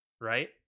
right